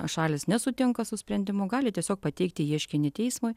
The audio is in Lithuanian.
šalys nesutinka su sprendimu gali tiesiog pateikti ieškinį teismui